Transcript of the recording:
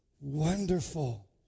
Wonderful